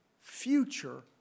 future